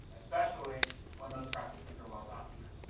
especially when those practices are well-documented.